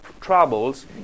troubles